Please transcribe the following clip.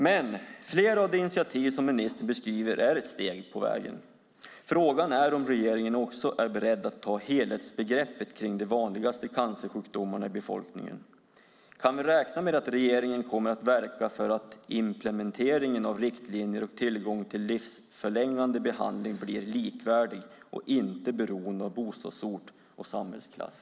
Men flera av de initiativ som ministern beskriver är steg på vägen. Frågan är om regeringen också är beredd att ta helhetsgreppet kring de vanligaste cancersjukdomarna i befolkningen. Kan vi räkna med att regeringen kommer att verka för att implementeringen av riktlinjer och tillgång till livsförlängande behandling blir likvärdig och inte beroende av bostadsort och samhällsklass?